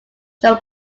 john